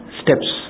steps